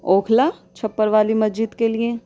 اوکھلا چھپر والی مسجد کے لیے